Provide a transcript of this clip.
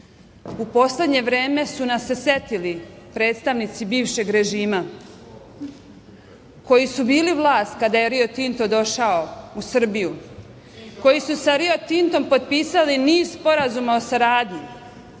u poslednje vreme su nas se setili predstavnici bivšeg režima koji su bili vlast kada je Rio Tinto došao u Srbiju, koji su sa Rio Tintom potpisali niz sporazuma o saradnji,